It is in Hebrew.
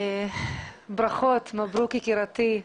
ברכות, מברוכ, יקירתי.